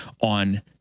on